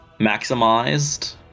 maximized